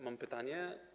Mam pytanie.